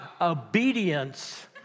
obedience